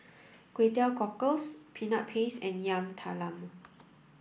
Kway Teow Cockles peanut paste and Yam Talam